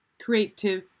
creative